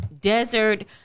desert